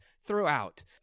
throughout